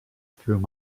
through